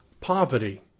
poverty